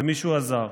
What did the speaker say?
ומישהו עזר.